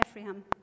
Ephraim